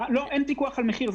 אין שם פיקוח על המחיר.